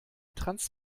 trans